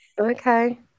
Okay